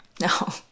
no